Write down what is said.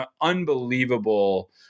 unbelievable